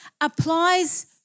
applies